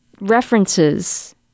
references